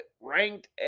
ranked